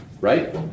right